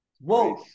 Whoa